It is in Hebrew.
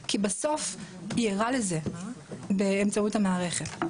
כי בסוף היא ערה לזה באמצעות המערכת.